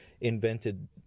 invented